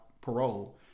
parole